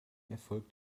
erfolgt